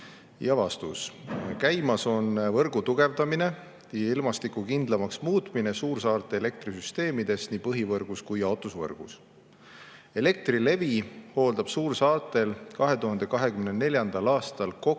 Vastus. Käimas on võrgu tugevdamine ja ilmastikukindlamaks muutmine suursaarte elektrisüsteemides nii põhivõrgus kui ka jaotusvõrgus. Elektrilevi hooldab suursaartel 2024. aastal kokku